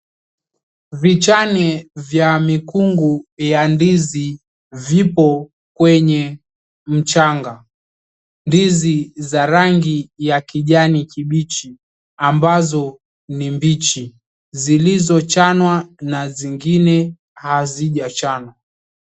Vichane vya mkungu wa ndizi vipo kwenye mchanga. Ndizi za rangi ya kijani kibichi ambazo ni mbichi, zilizochanwa za zingine ambazo hazijachanwa.